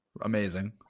amazing